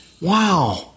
Wow